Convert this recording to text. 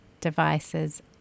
devices